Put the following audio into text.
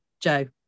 Joe